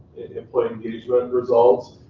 employee engagement results,